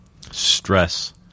Stress